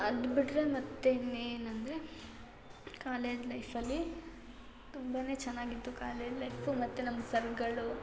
ಅದು ಬಿಟ್ಟರೆ ಮತ್ತು ಇನ್ನೇನಂದರೆ ಕಾಲೇಜ್ ಲೈಫಲ್ಲಿ ತುಂಬಾ ಚೆನ್ನಾಗಿತ್ತು ಕಾಲೇಜ್ ಲೈಫು ಮತ್ತು ನಮ್ಮ ಸರ್ಗಳು